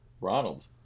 Ronald